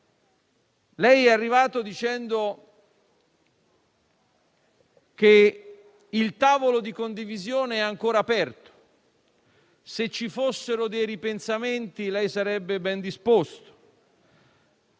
è arrivato dicendo che il tavolo di condivisione è ancora aperto e che, se ci fossero dei ripensamenti, lei sarebbe ben disposto.